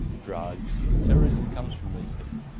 drugs, terrorism comes from these people,